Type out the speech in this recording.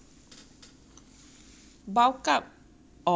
or become fat is two different things leh